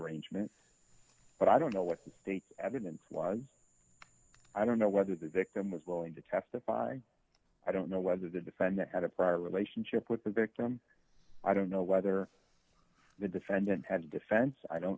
range mn but i don't know what the state's evidence was i don't know whether the victim was willing to testify i don't know whether the defendant had a prior relationship with the victim i don't know whether the defendant had a defense i don't